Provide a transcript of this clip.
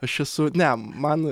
aš esu ne man